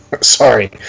Sorry